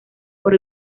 por